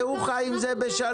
והוא חי עם זה בשלום.